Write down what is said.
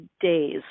days